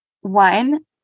one